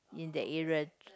in that area